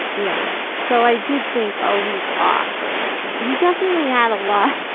yeah. so i did think, oh, he's off or something. he definitely had a lot